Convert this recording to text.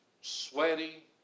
sweaty